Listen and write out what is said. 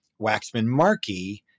Waxman-Markey